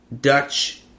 Dutch